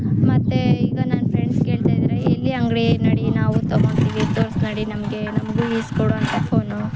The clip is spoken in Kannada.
ಮತ್ತೆ ಈಗ ನನ್ನ ಫ್ರೆಂಡ್ಸ್ ಕೇಳ್ತಿದ್ದಾರೆ ಎಲ್ಲಿ ಅಂಗಡಿ ನಡಿ ನಾವು ತೊಗೊಳ್ತೀವಿ ತೋರಿಸು ನಡಿ ನಮಗೆ ನಮಗೂ ಇಸ್ಕೊಡು ಅಂತ ಫೋನು